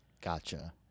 Gotcha